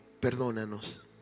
Perdónanos